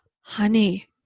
honey